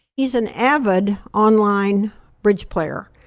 he's an avid online bridge player,